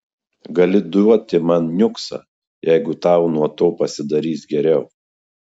gali duoti man niuksą jeigu tau nuo to pasidarys geriau